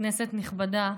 כנסת נכבדה,